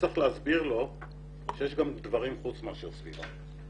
שצריך להסביר לו שיש גם דברים חוץ מאשר סביבה.